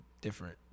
different